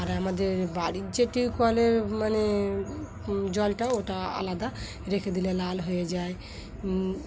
আর আমাদের বাড়ির যেটি কলের মানে জলটা ওটা আলাদা রেখে দিলে লাল হয়ে যায়